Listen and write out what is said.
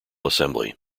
assembly